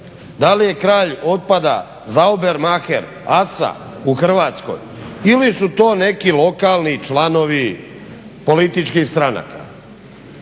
Da li je kralj otpada saubermaher, … u Hrvatskoj ili su to neki lokalni članovi političkih stranaka?